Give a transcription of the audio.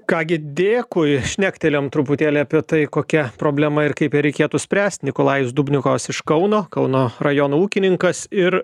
ką gi dėkui šnektelėjom truputėlį apie tai kokia problema ir kaip ją reikėtų spręst nikolajus dubnikovas iš kauno kauno rajono ūkininkas ir